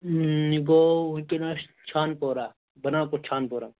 یہِ گوٚو وُنکٮ۪نس چھانپورہ بَنان پوٗر چھانپورہ